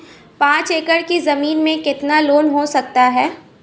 पाँच एकड़ की ज़मीन में कितना लोन हो सकता है?